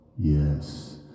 Yes